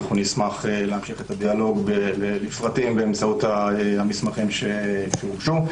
נשמח להמשיך את הדיאלוג באמצעות המסמכים שהוגשו.